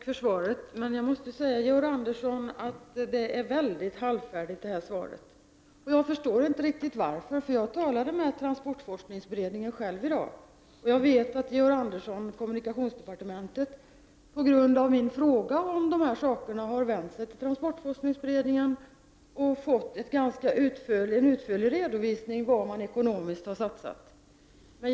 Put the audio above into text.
Herr talman! Tack för svaret! Jag måste dock säga, Georg Andersson, att det är ett mycket halvfärdigt svar. Jag förstår inte riktigt varför, eftersom jag själv har talat med transportforskningsberedningen i dag. Jag vet att Georg Andersson och kommunikationsdepartementet på grund av min fråga har vänt sig till transportforskningsberedningen och fått en utförlig redovisning av vad man har satsat ekonomiskt.